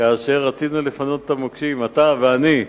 כאשר רצינו לפנות את המוקשים, אתה ואני,